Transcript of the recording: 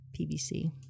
PVC